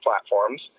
platforms